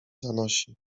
zanosi